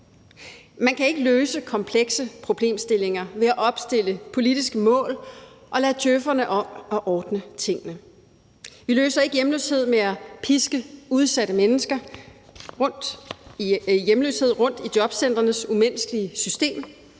Man kan ikke løse komplekse problemstillinger ved at opstille politiske mål og lade djøf'erne om at ordne tingene. Vi løser ikke hjemløshed ved at piske udsatte mennesker rundt i jobcentrenes umenneskelige system.